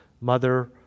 mother